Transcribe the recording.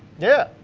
yeah,